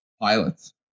Pilots